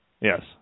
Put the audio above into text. Yes